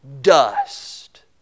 dust